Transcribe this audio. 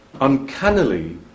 uncannily